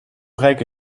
rijke